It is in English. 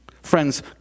Friends